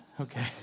okay